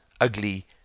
ugly